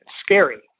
scary